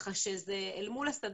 אל מול סדר